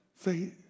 Say